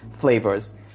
flavors